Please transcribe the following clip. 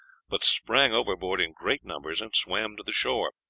but sprang overboard in great numbers and swam to the shore,